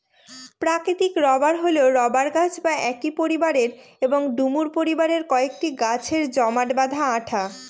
প্রাকৃতিক রবার হল রবার গাছ বা একই পরিবারের এবং ডুমুর পরিবারের কয়েকটি গাছের জমাট বাঁধা আঠা